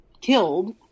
killed